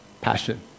Passion